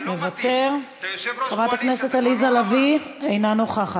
מוותר, חברת הכנסת עליזה לביא, אינה נוכחת.